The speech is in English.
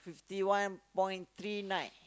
fifty one point three nine